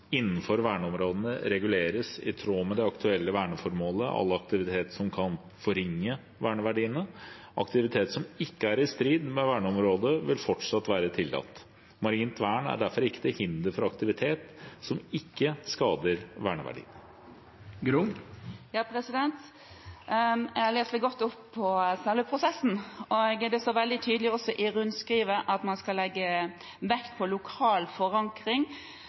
Innenfor verneområdene reguleres, i tråd med det aktuelle verneformålet, all aktivitet som kan forringe verneverdiene. Aktivitet som ikke er i strid med verneformålet, vil fortsatt være tillatt. Marint vern er derfor ikke til hinder for aktivitet som ikke skader verneverdiene. Jeg har lest meg godt opp på selve prosessen, og det står veldig tydelig i rundskrivet at man skal legge vekt på lokal forankring